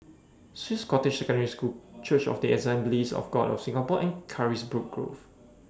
Swiss Cottage Secondary School Church of The Assemblies of God of Singapore and Carisbrooke Grove